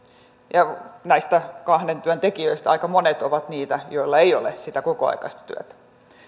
työtä näistä kahden työn tekijöistä aika monet ovat heitä joilla ei ole sitä kokoaikaista työtä